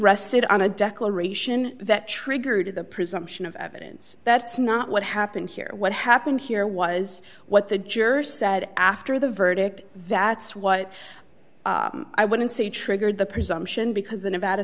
rested on a declaration that triggered the presumption of evidence that's not what happened here what happened here was what the juror said after the verdict that's what i wouldn't say triggered the presumption because the